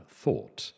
thought